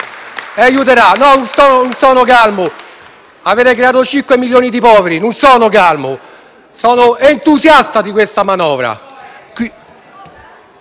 No, non sono calmo. Avete creato 5 milioni di poveri. Non sono calmo; sono entusiasta di questa manovra.